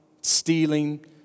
stealing